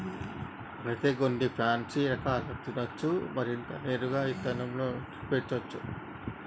అయితే గొన్ని పాన్సీ రకాలు తినచ్చు మరియు నేరుగా ఇత్తనం నుండి పెంచోచ్చు